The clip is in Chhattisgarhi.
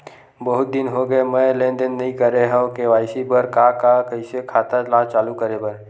बहुत दिन हो गए मैं लेनदेन नई करे हाव के.वाई.सी बर का का कइसे खाता ला चालू करेबर?